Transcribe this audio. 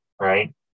Right